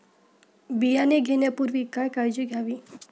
बियाणे घेण्यापूर्वी काय काळजी घ्यावी?